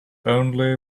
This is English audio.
only